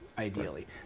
ideally